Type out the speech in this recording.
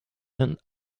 and